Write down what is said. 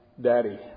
daddy